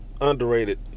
underrated